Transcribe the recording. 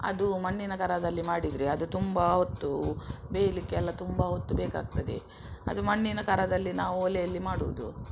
ಅದು ಮಣ್ಣಿನ ಕರದಲ್ಲಿ ಮಾಡಿದರೆ ಅದು ತುಂಬ ಹೊತ್ತು ಬೇಯಲಿಕ್ಕೆ ಎಲ್ಲ ತುಂಬ ಹೊತ್ತು ಬೇಕಾಗ್ತದೆ ಅದು ಮಣ್ಣಿನ ಕರದಲ್ಲಿ ನಾವು ಒಲೆಯಲ್ಲಿ ಮಾಡುವುದು